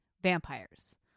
vampires